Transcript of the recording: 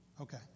Okay